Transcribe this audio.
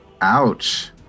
Ouch